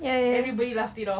everybody laugh it off